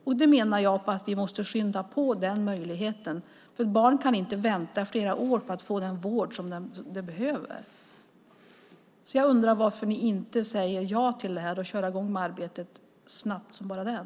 Jag menar att vi måste skynda på. Ett barn kan inte vänta i flera år på att få den vård som det behöver. Jag undrar varför ni inte säger ja till det här förslaget och kör i gång med arbetet snabbt som bara den.